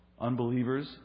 unbelievers